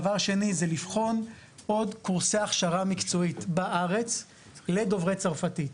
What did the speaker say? דבר שני זה לבחון עוד קורסי הכשרה מקצועית בארץ לדוברי צרפתית.